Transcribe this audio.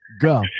Go